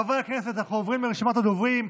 חברי הכנסת, אנחנו עוברים לרשימת הדוברים.